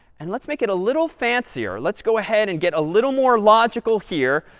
and let's make it a little fancier. let's go ahead and get a little more logical here,